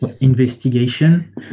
investigation